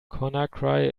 conakry